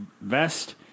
vest